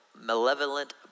malevolent